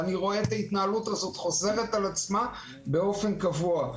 אני רואה את ההתנהלות הזאת חוזרת על עצמה באופן קבוע.